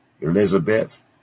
Elizabeth